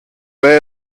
era